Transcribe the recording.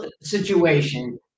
situation